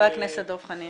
חבר הכנסת דב חנין.